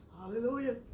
Hallelujah